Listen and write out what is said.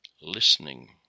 listening